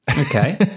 Okay